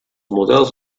models